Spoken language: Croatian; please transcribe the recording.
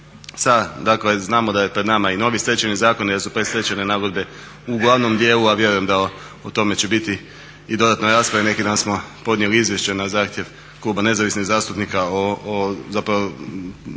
sa dakle znamo da je pred nama i novi Stečajni zakon jer su predstečajne nagodbe u glavnom dijelu, a vjerujem da o tome će biti i dodatna rasprava. Neki dan smo podnijeli izvješće na zahtjev Kluba nezavisnih zastupnika o, zapravo